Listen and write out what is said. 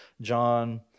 John